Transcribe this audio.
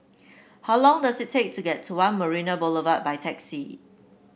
how long does it take to get to One Marina Boulevard by taxi